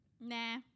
nah